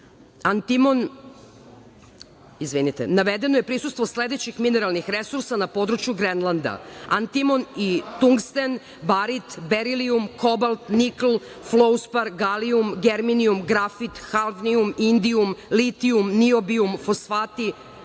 stručne službe, navedeno je prisustvo sledećih mineralnih resursa na području Grenlanda: antimon, tungsten, barit, berilijum, kobalti nikl, fluorspar, galijum, germanijum, grafit, hafnijum, indijum, litijum, niobijum, fosfati,